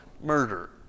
murder